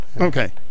Okay